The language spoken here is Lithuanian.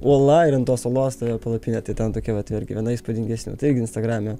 uola ir ant tos uolos palapinė tai ten tokia vat irgi viena įspūdingesnių tai irgi instagrame